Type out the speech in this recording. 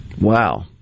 Wow